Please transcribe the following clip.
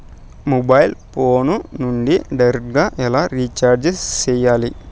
mobile phone నుండి direct గా ఎలా రీచార్జి సేయాలి